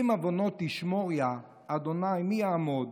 אם עונות תשמר יה ה' מי יעמד.